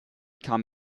kam